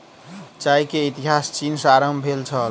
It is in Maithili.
चाय के इतिहास चीन सॅ आरम्भ भेल छल